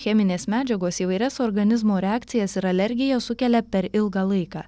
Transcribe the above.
cheminės medžiagos įvairias organizmo reakcijas ir alergijas sukelia per ilgą laiką